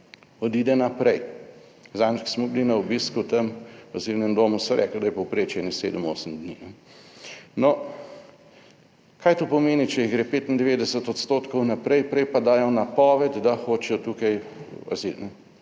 odide naprej. Zadnjič, ko smo bili na obisku v tem v azilnem domu, so rekli, da je povprečje na 7, 8 dni. No, kaj to pomeni? Če jih gre 95 % naprej, prej pa dajo napoved, da hočejo tukaj azil,